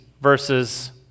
versus